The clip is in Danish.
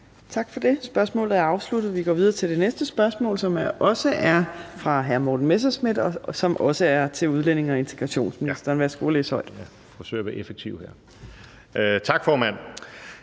Tak for det. Spørgsmålet er afsluttet. Vi går videre til det næste spørgsmål, som også er fra hr. Morten Messerschmidt, og som også er til udlændinge- og integrationsministeren. Kl. 15:40 Spm. nr.